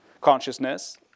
consciousness